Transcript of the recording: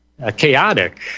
chaotic